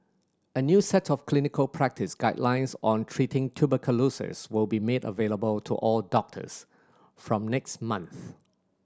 a new set of clinical practice guidelines on treating tuberculosis will be made available to all doctors from next month